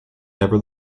never